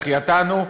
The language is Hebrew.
החייתנו,